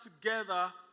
together